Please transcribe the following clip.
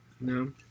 No